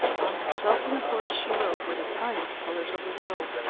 on herself and the horse she rode were the finest colours of the world,